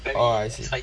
orh I see